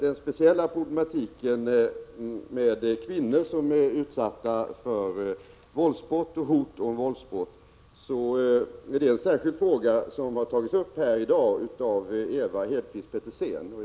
Den speciella problematiken med kvinnor som är utsatta för våldsbrottslighet och hot om våldsbrott är en särskild fråga som tas upp här i dag genom Ewa Hedkvist Petersens fråga.